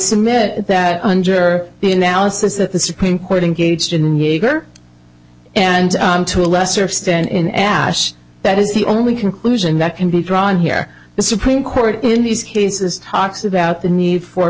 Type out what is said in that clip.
submit that under the analysis that the supreme court engaged in yeager and to a lesser extent in ash that is the only conclusion that can be drawn here the supreme court in these cases talks about the need for